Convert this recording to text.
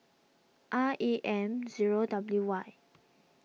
R A M zero W Y